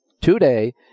today